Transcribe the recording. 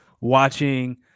watching